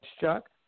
Chuck